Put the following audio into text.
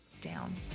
down